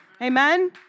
Amen